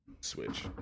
Switch